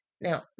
Now